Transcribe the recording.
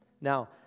Now